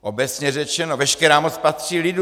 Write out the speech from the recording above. Obecně řečeno, veškerá moc patří lidu.